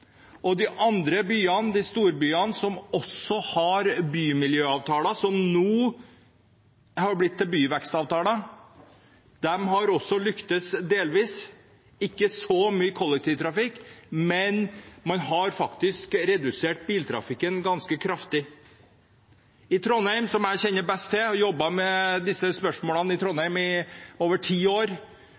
Oslo. De andre storbyene som også har bymiljøavtaler, som nå har blitt til byvekstavtaler, har også lyktes delvis, ikke så mye med kollektivtrafikken, men man har faktisk redusert biltrafikken ganske kraftig. I Trondheim, som jeg kjenner best til, og jeg har jobbet med disse spørsmålene i Trondheim i over ti år,